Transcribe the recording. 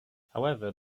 however